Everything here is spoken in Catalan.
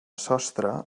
sostre